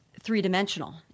three-dimensional